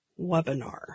webinar